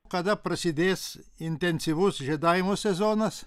kada prasidės intensyvus žiedavimo sezonas